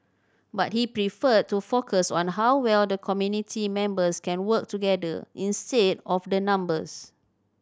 but he preferred to focus on how well the committee members can work together instead of the numbers